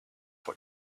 what